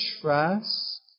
trust